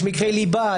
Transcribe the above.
יש מקרי ליבה,